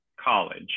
college